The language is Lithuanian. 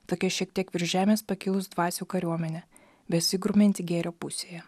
tokia šiek tiek virš žemės pakilus dvasių kariuomenė besigrumianti gėrio pusėje